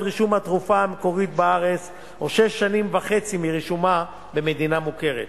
רישום התרופה המקורית בארץ או שש שנים וחצי מרישומה במדינה מוכרת.